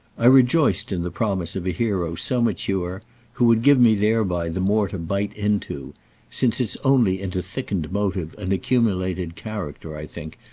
i rejoiced in the promise of a hero so mature, who would give me thereby the more to bite into since it's only into thickened motive and accumulated character, i think,